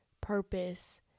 purpose